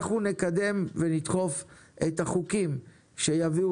אנחנו נקדם ונדחוף את החוקים שיביאו